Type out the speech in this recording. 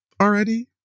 already